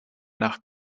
nach